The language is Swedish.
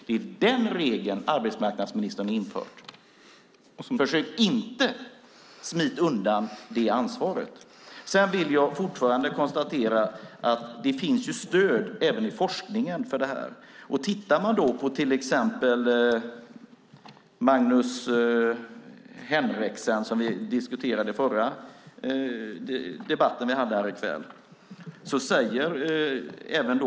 Det är den regeln arbetsmarknadsministern har infört. Försök inte smita undan det ansvaret. Jag konstaterar fortfarande att det finns stöd i forskningen för detta. Låt oss till exempel titta på vad Magnus Henrekson säger - som vi diskuterade i förra debatten i kväll.